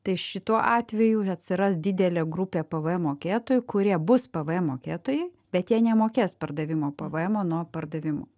tai šituo atveju atsiras didelė grupė pvm mokėtojų kurie bus pvm mokėtojai bet jie nemokės pardavimo pvmo nuo pardavimo